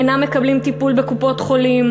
אינם מקבלים טיפול בקופת-חולים.